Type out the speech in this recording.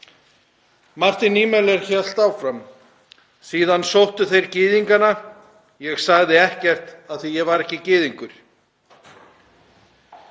Martin Niemöller hélt áfram: „Síðan sóttu þeir gyðingana. Ég sagði ekkert af því að ég var ekki gyðingur.“